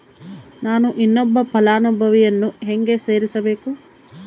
ನಾನು ಇನ್ನೊಬ್ಬ ಫಲಾನುಭವಿಯನ್ನು ಹೆಂಗ ಸೇರಿಸಬೇಕು?